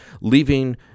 leaving